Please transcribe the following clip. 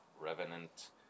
Revenant